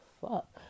fuck